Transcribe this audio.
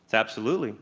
absolutely